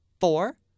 four